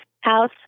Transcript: house